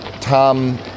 Tom